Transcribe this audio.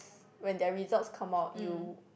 when their results come out you